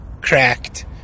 cracked